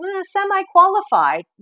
semi-qualified